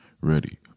ready